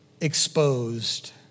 exposed